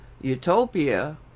utopia